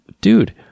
dude